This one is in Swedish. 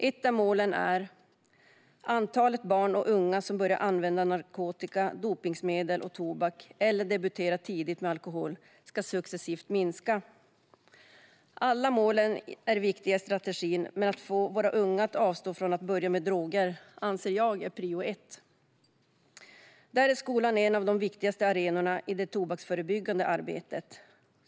Ett av målen är att antalet barn och unga som börjar använda narkotika, dopningsmedel och tobak eller debuterar tidigt med alkohol successivt ska minska. Alla målen är viktiga i strategin, men att få våra unga att avstå från att börja med droger anser jag är prio ett. Skolan är en av de viktigaste arenorna i det tobaksförebyggande arbetet.